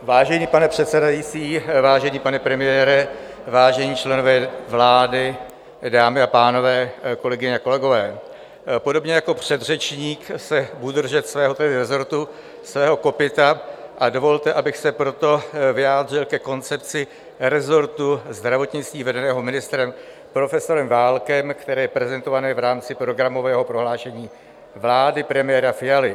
Vážený pane předsedající, vážený pane premiére, vážení členové vlády, dámy a pánové, kolegyně a kolegové, podobně jako předřečník se budu držet svého resortu, svého kopyta, a dovolte, abych se proto vyjádřil ke koncepci resortu zdravotnictví vedeného ministrem profesorem Válkem, které je prezentované v rámci programového prohlášení vlády premiéra Fialy.